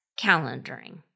calendaring